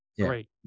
great